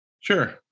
Sure